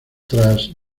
tras